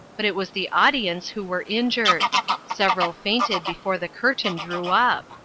but it was the audience who were injured several fainted before the curtain drew up!